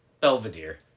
Belvedere